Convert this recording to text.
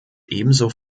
ebenso